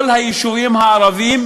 כל היישובים הערביים,